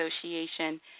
Association